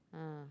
ah